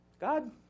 God-